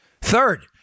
Third